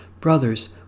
Brothers